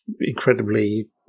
incredibly